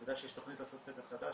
אני יודע שיש תכנית לעשות סקר חדש,